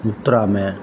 Muthuraman